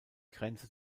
grenze